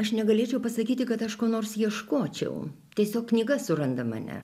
aš negalėčiau pasakyti kad aš ko nors ieškočiau tiesiog knyga suranda mane